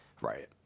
right